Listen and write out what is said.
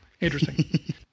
Interesting